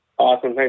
Awesome